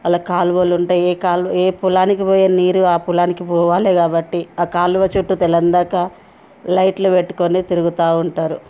అలా కాలువలు ఉంటాయి ఏ కాలు ఏ పొలానికి పోయే నీరు ఆ పొలానికి పోవాలి కాబట్టి ఆ కాలువ చెట్టు తెలం దాకా లైట్లు పెట్టుకొని తిరుగుతూ ఉంటారు